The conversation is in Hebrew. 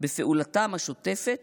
בפעולתם השוטפת